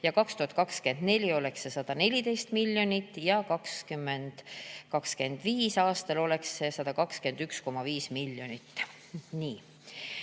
aastal oleks see 114 miljonit ja 2025. aastal oleks see 121,5 miljonit.